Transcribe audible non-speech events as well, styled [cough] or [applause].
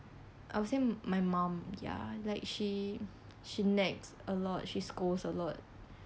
I would say my mom ya like she [breath] she nags a lot she scolds a lot